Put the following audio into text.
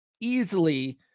easily